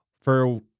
for-